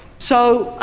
so,